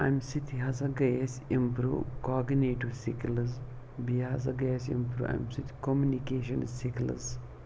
اَمہِ سۭتی ہَسا گٔے اَسہِ اِمپرٛوٗ کاگنیٹِو سِکِلٕز بیٚیہِ ہَسا گٔے اَسہِ اِمپرٛوٗ اَمہِ سۭتۍ کوٚمنِکیشَن سِکِلٕز